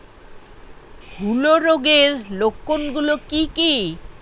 হূলো রোগের লক্ষণ গুলো কি কি?